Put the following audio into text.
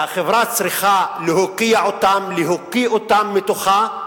החברה צריכה להוקיע אותם, להקיא אותם מתוכה.